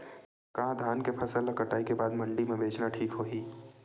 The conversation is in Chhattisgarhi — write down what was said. का धान के फसल ल कटाई के बाद मंडी म बेचना ठीक होही?